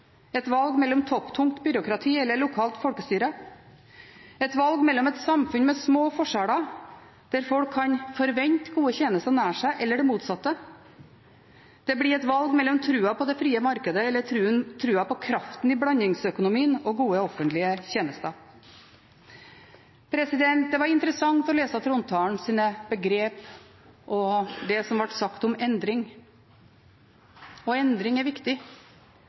et valg mellom topptungt byråkrati eller lokalt folkestyre, et valg mellom et samfunn med små forskjeller, der folk kan forvente gode tjenester nær seg, eller det motsatte. Det blir et valg mellom trua på det frie markedet eller trua på kraften i blandingsøkonomien og gode offentlige tjenester. Det var interessant å lese trontalens begrep og det som ble sagt om endring. Endring er viktig,